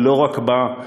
ולא רק בה,